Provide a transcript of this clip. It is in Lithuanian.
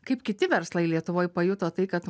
kaip kiti verslai lietuvoj pajuto tai kad